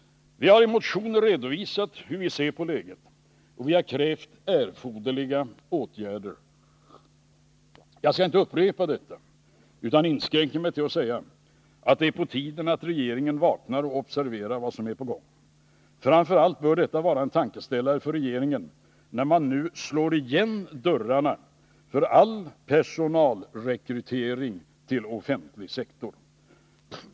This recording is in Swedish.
Vi har i motionen redovisat hur vi ser på läget, och vi har krävt erforderliga åtgärder. Jag skallinte upprepa detta utan inskränker mig till att säga att det är på tiden att regeringen vaknar och observerar vad som är på gång. Framför allt bör detta vara en tankeställare för regeringen när man nu slår igen dörrarna för all personalrekrytering till offentlig sektor.